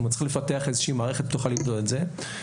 צריך לפתח איזושהי מערכת שתוכל למדוד את זה.